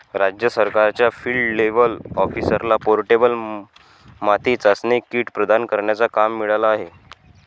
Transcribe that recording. राज्य सरकारच्या field level ऑफिसरला पोर्टेबल माती चाचणी किट प्रदान करण्याचा काम मिळाला आहे